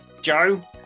Joe